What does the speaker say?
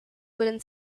wooden